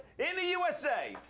in the usa,